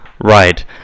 Right